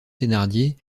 thénardier